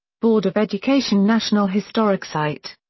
board of education national historic site.